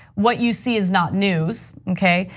what you see is not news, okay?